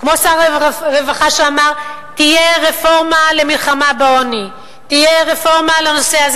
כמו שר הרווחה שאמר: תהיה רפורמה למלחמה בעוני,